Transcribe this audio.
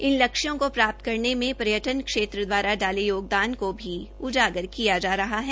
इन लक्ष्यों का प्राप्त् करने में पर्यटन क्षेत्र द्वारा डाले योगदान को भी उजागर किया जा रहा है